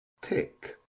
tick